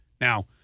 Now